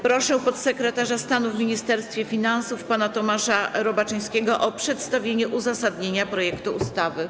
Proszę podsekretarza stanu w Ministerstwie Finansów pana Tomasza Robaczyńskiego o przedstawienie uzasadnienia projektu ustawy.